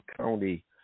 County